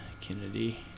Kennedy